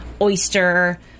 oyster